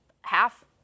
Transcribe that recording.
half